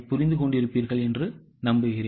புரிந்து கொண்டிருக்கிறீர்களா